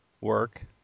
work